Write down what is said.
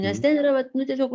nes ten yra vat nu tiesiog